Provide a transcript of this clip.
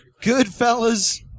Goodfellas